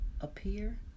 appear